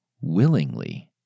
willingly